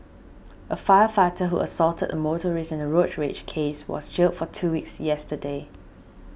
a firefighter who assaulted a motorist in a road rage case was jailed for two weeks yesterday